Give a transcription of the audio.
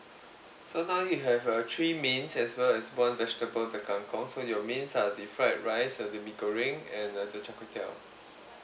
so now you have uh three mains as well as one vegetable the kang kong so your mains are the fried rice and the mee goreng and uh the char kway teow